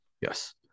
Yes